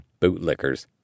bootlickers